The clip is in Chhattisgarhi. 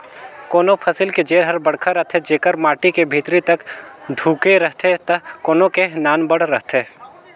कोनों फसिल के जेर हर बड़खा रथे जेकर माटी के भीतरी तक ढूँके रहथे त कोनो के नानबड़ रहथे